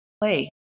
play